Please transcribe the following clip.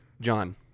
John